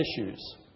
issues